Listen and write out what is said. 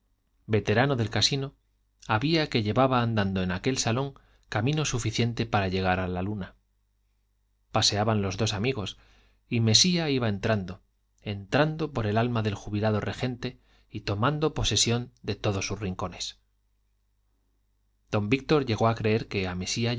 veterano del casino había que llevaba andado en aquel salón camino suficiente para llegar a la luna paseaban los dos amigos y mesía iba entrando entrando por el alma del jubilado regente y tomando posesión de todos sus rincones don víctor llegó a creer que a mesía